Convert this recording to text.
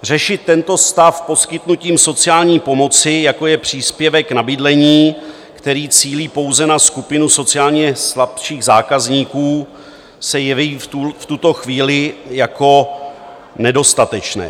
Řešit tento stav poskytnutím sociální pomoci, jako je příspěvek na bydlení, který cílí pouze na skupinu sociálně slabších zákazníků, se jeví v tuto chvíli jako nedostatečné.